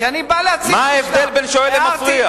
מה ההבדל בין שואל למפריע?